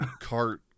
cart